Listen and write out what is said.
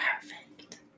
Perfect